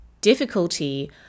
difficulty